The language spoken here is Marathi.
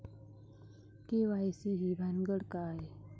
के.वाय.सी ही भानगड काय?